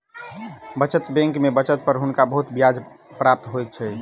बचत बैंक में बचत पर हुनका बहुत ब्याज प्राप्त होइ छैन